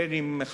בין אם חלשים,